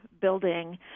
building